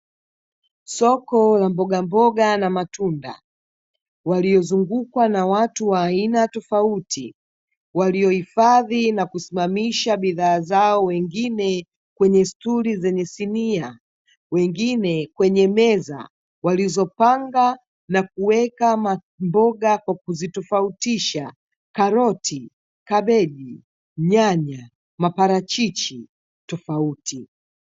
Soko la mbogamboga na matunda waliozungukwa na watu wa aina tofauti waliohifadhi na kusimamisha bidhaa zao, wengine kwenye stuli zenye sinia, wengine kwenye meza walizopanga na kuweka mboga kwa kuzitofautisha: karoti, kabeji, nyanya, maparachichi tofauti.